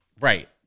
Right